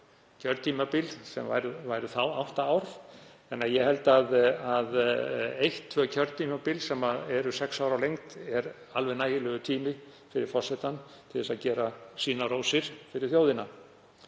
kjörtímabil sem voru þá átta ár, þannig að ég held að eitt eða tvö kjörtímabil, sem er sex ár á lengd, sé alveg nægilegur tími fyrir forseta til að gera sínar rósir fyrir þjóðina.